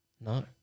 No